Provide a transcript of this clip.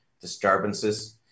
disturbances